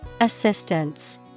Assistance